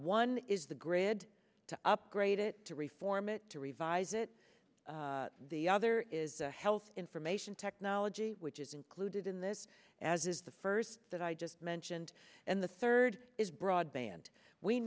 one is the grid to upgrade it to reform it to revise it the other is health information technology which is included in this as is the first that i just mentioned and the third is broadband we